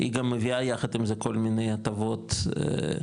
היא גם מביאה יחד עם זה כל מיני הטבות שמורידות